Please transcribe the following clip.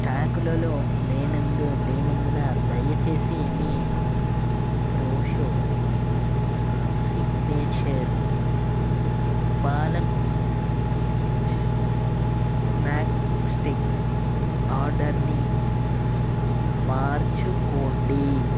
స్టాకులలో లేనందు లేనందున దయచేసి మీ Fresho signature palak snack sticks ఆర్డర్ని మార్చుకోండి